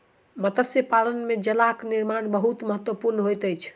मत्स्य पालन में जालक निर्माण बहुत महत्वपूर्ण होइत अछि